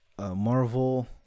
Marvel